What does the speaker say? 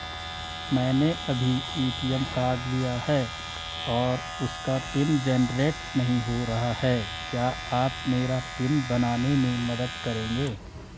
मैंने अभी ATM card लिया है और उसका पिन जेनरेट नहीं हो रहा है क्या आप मेरा पिन बनाने में मदद करेंगे?